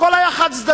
הכול היה חד-צדדי.